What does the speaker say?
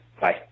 Bye